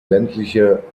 ländliche